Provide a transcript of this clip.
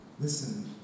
Listen